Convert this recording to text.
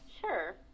sure